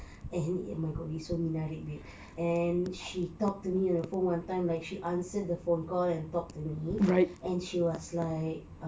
and he oh my god we so minahrep babe and she talk to me on the phone one time she answered the phone call and talk to me and she was like